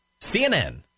CNN